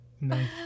Nice